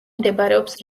მდებარეობს